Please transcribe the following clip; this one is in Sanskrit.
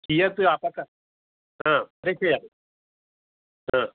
कियत् आपक प्रेषयामि